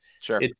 Sure